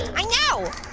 i know,